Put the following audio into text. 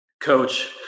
Coach